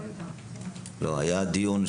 לא יודעת.